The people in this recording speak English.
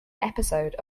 episode